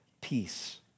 peace